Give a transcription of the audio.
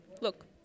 Look